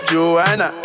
Joanna